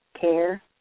care